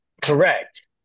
Correct